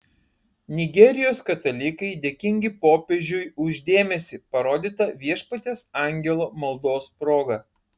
nigerijos katalikai dėkingi popiežiui už dėmesį parodytą viešpaties angelo maldos proga